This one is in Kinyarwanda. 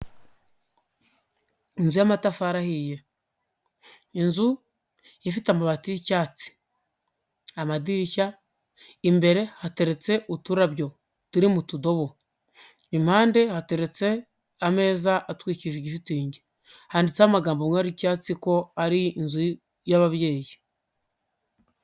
Inzu y'amatafari ahiye, inzu ifite amabati y'icyatsi, amadirishya, imbere hateretse uturarabyo turi mu tudobo, impande hateretse ameza atwikiriye, igishitingi handitseho amagambo y'icyatsi ko ari inzu y'ababyeyi.